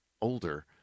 older